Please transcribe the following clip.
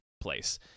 place